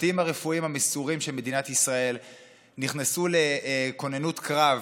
הצוותים הרפואיים המסורים של מדינת ישראל נכנסו לכוננות קרב